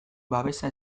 babesa